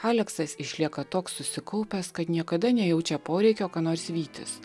aleksas išlieka toks susikaupęs kad niekada nejaučia poreikio ką nors vytis